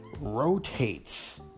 rotates